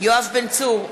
יואב בן צור,